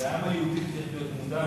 כי העם היהודי צריך להיות מודע לזה.